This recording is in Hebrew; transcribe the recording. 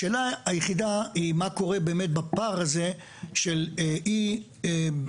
השאלה היחידה היא מה קורה באמת בפער הזה של אי בינוי,